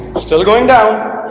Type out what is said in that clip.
still going down